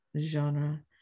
genre